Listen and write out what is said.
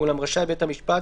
ואולם רשאי בית המשפט,